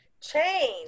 Change